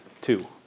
two